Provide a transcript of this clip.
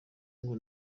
ngo